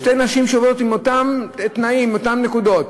שתי נשים שעובדות, עם אותם תנאים, עם אותן נקודות.